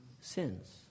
sins